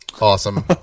awesome